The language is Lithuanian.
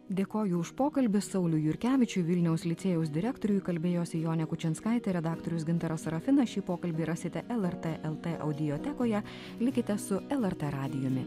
dėkoju už pokalbį sauliui jurkevičiui vilniaus licėjaus direktoriui kalbėjosi jonė kučinskaitė redaktorius gintaras serafinas šį pokalbį rasite lrt el t audiotekoje likite su lrt radijumi